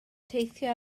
teithio